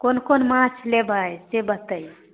कोन कोन माछ लेबै से बतै